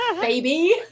Baby